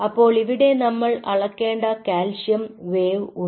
അപ്പോൾ ഇവിടെ നമ്മൾ അളക്കേണ്ട കാൽസ്യം വേവ് ഉണ്ട്